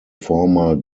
former